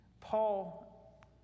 Paul